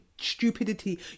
stupidity